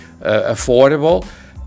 affordable